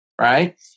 Right